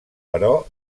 però